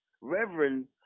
reverend